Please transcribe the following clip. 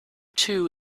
two